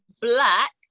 black